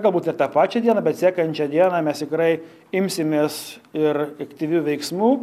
galbūt ir tą pačią dieną bet sekančią dieną mes tikrai imsimės ir ektyvių veiksmų